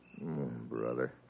brother